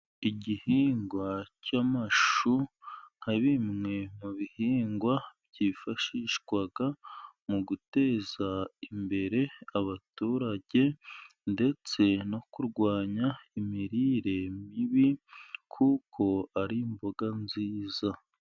Igihingwa cy'amashu nka bimwe mu bihingwa byifashishwa mu guteza imbere abaturage, ndetse no kurwanya imirire mibi, kuko ari imboga nziza.